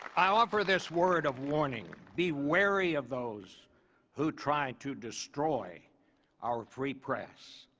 i offer this word of warning, be wary of those who tried to destroy our free press.